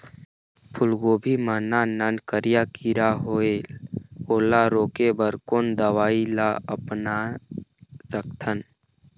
फूलगोभी मा नान नान करिया किरा होयेल ओला रोके बर कोन दवई ला अपना सकथन?